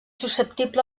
susceptible